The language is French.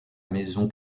maison